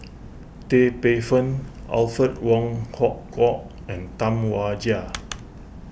Tan Paey Fern Alfred Wong Hong Kwok and Tam Wai Jia